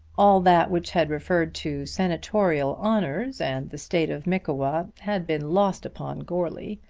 all that which had referred to senatorial honours and the state of mickewa had been lost upon goarly.